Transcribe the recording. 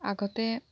আগতে